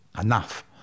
enough